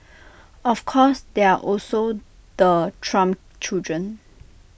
of course there are also the Trump children